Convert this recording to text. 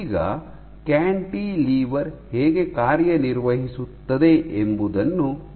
ಈಗ ಕ್ಯಾಂಟಿಲಿವರ್ ಹೇಗೆ ಕಾರ್ಯನಿರ್ವಹಿಸುತ್ತದೆ ಎಂಬುದನ್ನು ನೋಡೋಣ